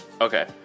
Okay